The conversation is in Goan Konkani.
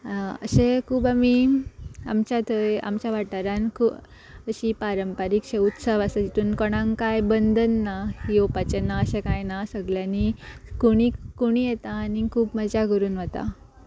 अशें खूब आमी आमच्या थंय आमच्या वाठारान खू अशी पारंपारीक शे उत्सव आसा जितून कोणाक काय बंधन ना येवपाचें ना अशें कांय ना सगल्यांनी कोणीय कोणीय येता आनी खूब मजा करून वता